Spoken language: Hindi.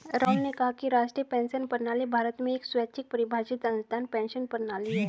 राहुल ने कहा कि राष्ट्रीय पेंशन प्रणाली भारत में एक स्वैच्छिक परिभाषित अंशदान पेंशन प्रणाली है